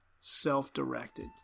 self-directed